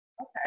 okay